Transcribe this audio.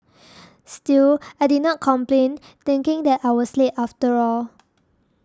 still I did not complain thinking that I was late after all